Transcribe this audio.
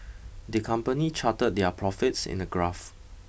the company charted their profits in a graph